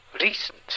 recent